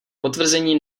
potvrzení